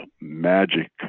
magic